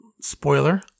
spoiler